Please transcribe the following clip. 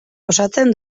osatzen